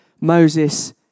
Moses